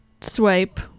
swipe